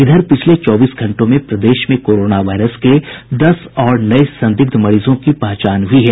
इधर पिछले चौबीस घंटों में प्रदेश में कोरोना वायरस के दस और नये संदिग्ध मरीजों की पहचान हुई है